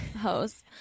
host